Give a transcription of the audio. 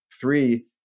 Three